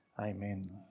Amen